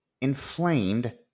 inflamed